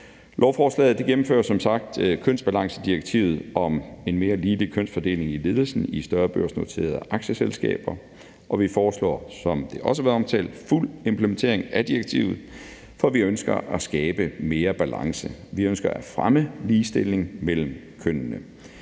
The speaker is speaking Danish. Lovforslaget gennemfører som sagt kønsbalancedirektivet om en mere ligelig kønsfordeling i ledelsen i større børsnoterede aktieselskaber, og vi foreslår, som det også har været omtalt, fuld implementering af direktivet, for vi ønsker at skabe mere balance. Vi ønsker at fremme ligestilling mellem kønnene.